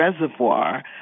reservoir